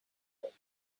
whip